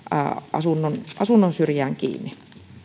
asunnon asunnon syrjään kiinni